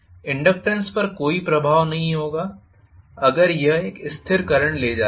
inductance पर कोई प्रभाव नहीं होगा अगर यह एक स्थिर करंट ले जा रहा है